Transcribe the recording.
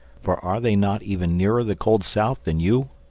for are they not even nearer the cold south than you?